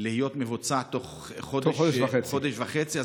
להיות מבוצע בתוך חודש, בתוך חודש וחצי.